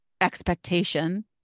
expectation